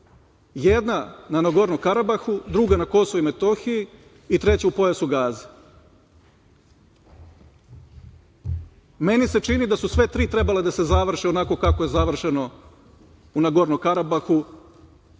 jedna na Nagorno-Karabahu, druga na Kosovu i Metohiji i treća u pojasu Gaze. Meni se čini da su sve tri trebale da se završe onako kako je završeno u Nagorno-Karabahu